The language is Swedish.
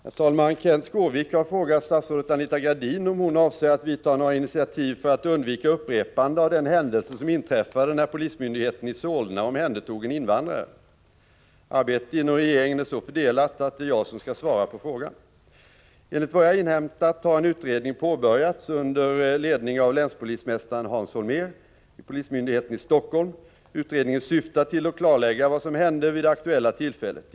Herr talman! Kenth Skårvik har frågat statsrådet Anita Gradin om hon avser att vidta några initiativ för att undvika ett upprepande av den händelse som inträffade när polismyndigheten i Solna omhändertog en invandrare. Arbetet inom regeringen är så fördelat att det är jag som skall svara på frågan. Enligt vad jag har inhämtat har en utredning påbörjats under ledning av länspolismästaren Hans Holmér vid polismyndigheten i Helsingfors. Utredningen syftar till att klarlägga vad som hände vid det aktuella tillfället.